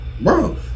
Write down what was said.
bro